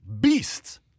Beasts